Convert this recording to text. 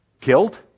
Killed